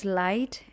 light